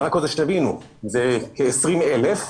כ-20,000.